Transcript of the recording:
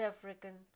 African